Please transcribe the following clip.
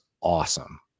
awesome